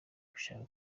ubasha